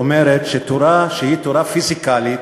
היא תורה פיזיקלית